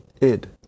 Id